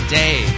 day